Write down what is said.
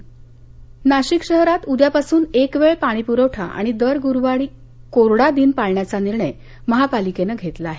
नाशिक नाशिक शहरात उद्या पासून एकवेळ पाणी पुरवठा आणि दर गुरुवारी कोरडा दिन पाळण्याचा निर्णय महापालिकेनं घेतला आहे